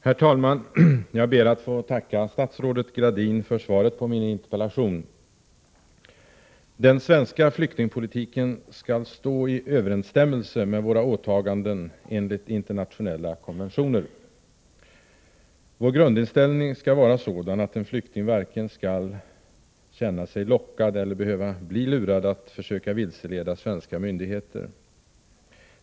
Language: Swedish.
Herr talman! Jag ber att få tacka statsrådet Gradin för svaret på min interpellation. Den svenska flyktingpolitiken skall stå i överensstämmelse med våra åtaganden enligt internationella konventioner. Vår grundinställning skall vara sådan att en flykting varken skall känna sig lockad eller behöva bli lurad att försöka vilseleda svenska myndigheter.